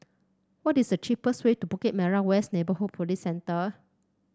what is the cheapest way to Bukit Merah West Neighbourhood Police Centre